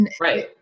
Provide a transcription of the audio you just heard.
right